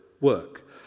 work